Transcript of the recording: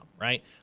right